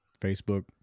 Facebook